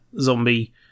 zombie